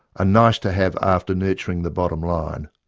a nice-to-have after nurturing the bottom line,